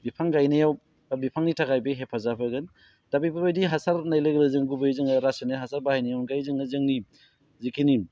बिफां गायनायाव बा बिफांनि थाखाय बे हेफाजाब होगोन दा बेफोरबायदि हासार होननाय लोगो लोगो जों गुबै जोङो रासायनारिक हासार बाहायनायनि अनगायै जोङो जोंनि जिखिनि